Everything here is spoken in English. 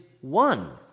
one